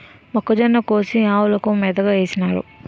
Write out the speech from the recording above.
మొక్కజొన్న కోసి ఆవులకు మేతగా వేసినారు